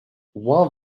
while